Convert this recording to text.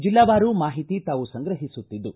ಜಿಲ್ಲಾವಾರು ಮಾಹಿತಿ ತಾವು ಸಂಗ್ರಹಿಸುತ್ತಿದ್ದು